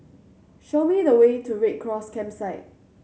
show me the way to Red Cross Campsite